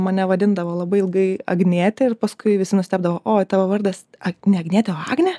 mane vadindavo labai ilgai agnietė ir paskui visi nustebdavo o tavo vardas ne agnietė agnė